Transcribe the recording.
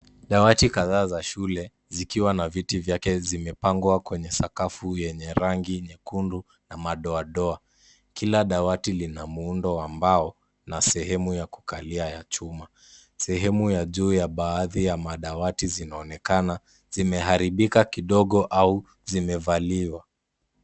Dawati kadhaa za shule zikiwa na viti vyake, zimepangwa kwenye sakafu yenye rangi nyekundu na madoa doa. Kila dawati lina miundo wa mbao na sehemu ya kukalia ya chuma. Sehemu ya juu ya baadhi ya madawati zinaonekana zimeharibika kidogo au zimevamiwa.